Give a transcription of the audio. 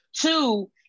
Two